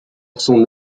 son